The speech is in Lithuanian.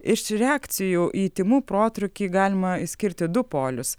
iš reakcijų į tymų protrūkį galima išskirti du polius